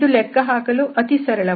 ಇದು ಲೆಕ್ಕಹಾಕಲು ಅತಿ ಸರಳವಾಗಿದೆ